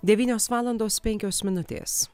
devynios valandos penkios minutės